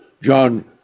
John